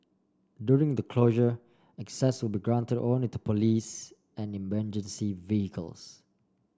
during the closure access will be granted only to police and emergency vehicles